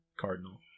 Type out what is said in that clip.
Cardinal